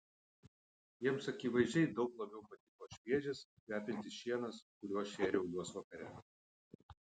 jiems akivaizdžiai daug labiau patiko šviežias kvepiantis šienas kuriuo šėriau juos vakare